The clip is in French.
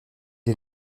est